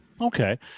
Okay